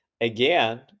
again